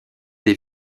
des